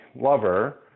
lover